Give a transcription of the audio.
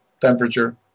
temperature